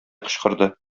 кычкырды